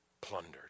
plundered